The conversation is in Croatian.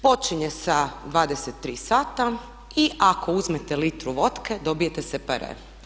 Počinje u 23 sata i ako uzmete litru votke dobijete separe.